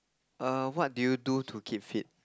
err what do you do to keep fit